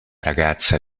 ragazza